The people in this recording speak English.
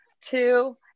two